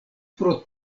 pro